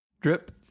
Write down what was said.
Drip